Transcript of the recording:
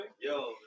Yo